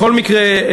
בכל מקרה,